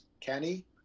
Kenny